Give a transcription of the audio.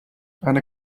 eine